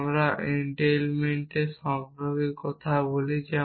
যা আমরা একটি এনটেইলমেন্ট সম্পর্কে কথা বলি